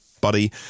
buddy